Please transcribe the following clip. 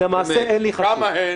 כלומר הצבעה כפולה והצבעה,